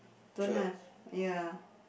don't have ya